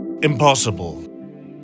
impossible